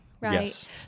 right